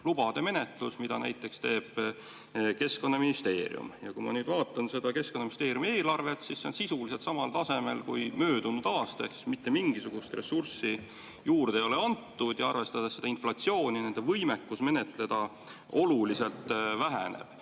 lubade menetlus, mida teeb Keskkonnaministeerium. Kui ma nüüd vaatan seda Keskkonnaministeeriumi eelarvet, siis see on sisuliselt samal tasemel kui möödunud aastal. Mitte mingisugust ressurssi juurde ei ole antud. Arvestades inflatsiooni nende võimekus menetleda oluliselt väheneb.